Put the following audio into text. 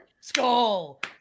Skull